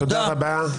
תודה רבה.